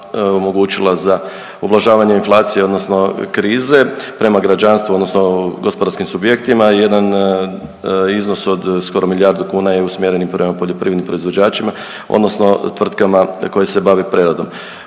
za ublažavanje inflacije odnosno krize prema građanstvu odnosno gospodarskim subjektima jedan iznos od skoro milijardu kuna je usmjeren i prema poljoprivrednim proizvođačima odnosno tvrtkama koje se bave preradom.